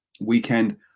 weekend